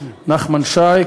נחמן שי,